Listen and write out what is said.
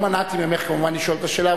לא מנעתי ממך כמובן לשאול את השאלה,